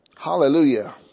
hallelujah